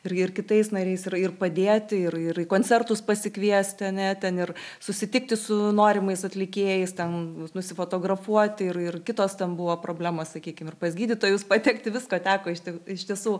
irgi ir kitais nariais ir ir padėti ir ir į koncertus pasikviesti ne ten ir susitikti su norimais atlikėjais ten nusifotografuoti ir ir kitos tam buvo problemos sakykim ir pas gydytojus patekti visko teko išti iš tiesų